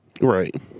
right